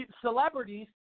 celebrities